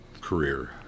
career